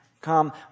come